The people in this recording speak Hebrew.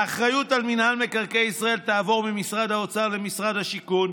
האחריות על מינהל מקרקעי ישראל תעבור ממשרד האוצר למשרד השיכון,